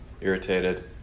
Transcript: irritated